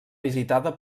visitada